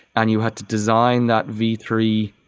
and you had to design that v three,